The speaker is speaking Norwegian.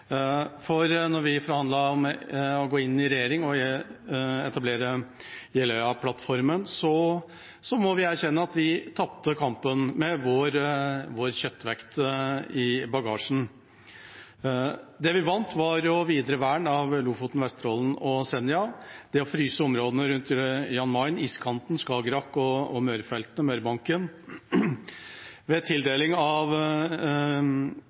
For vi må erkjenne – med vår kjøttvekt i bagasjen – at da vi forhandlet om å gå inn i regjering og etablere Jeløya-plattformen, tapte vi kampen. Det vi vant, var videre vern av Lofoten, Vesterålen og Senja, og det å fryse områdene rundt Jan Mayen, iskanten, Skagerrak og Mørefeltene, Mørebankene. Ved tildeling av